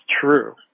true